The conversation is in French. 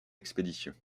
expéditions